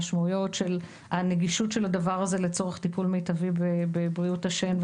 המשמעויות של הנגישות של הדבר הזה לצורך טיפול מיטבי בבריאות השן,